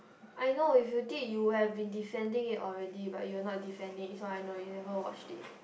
I know if you did you would have been defending it already but you're not defending it so I know you never watched it